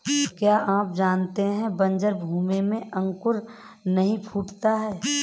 क्या आप जानते है बन्जर भूमि में अंकुर नहीं फूटता है?